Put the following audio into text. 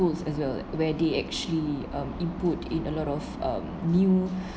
as well where they actually um input in a lot of um new